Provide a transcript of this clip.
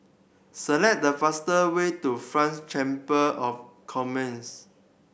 select the fastest way to French Chamber of Commerce